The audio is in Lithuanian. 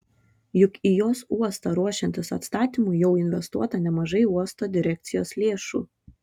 juk į jos uostą ruošiantis atstatymui jau investuota nemažai uosto direkcijos lėšų